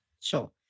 Sure